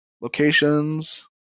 locations